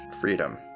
freedom